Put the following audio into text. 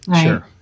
Sure